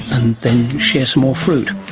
and then share some more fruit.